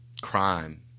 crime